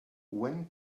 when